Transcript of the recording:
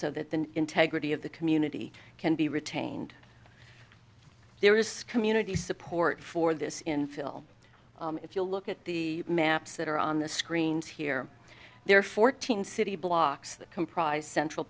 so that the integrity of the community can be retained there is community support for this in phil if you look at the maps that are on the screens here there are fourteen city blocks that comprise central